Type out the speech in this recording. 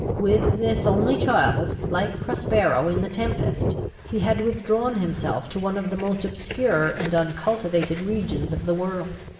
with this only child, like prospero in the tempest, he had withdrawn himself to one of the most obscure and uncultivated regions of the world.